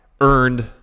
earned